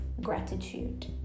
gratitude